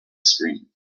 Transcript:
screen